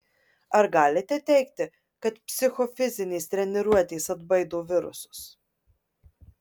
ar galite teigti kad psichofizinės treniruotės atbaido virusus